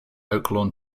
oaklawn